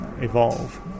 evolve